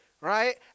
right